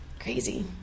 crazy